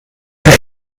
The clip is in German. der